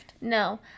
no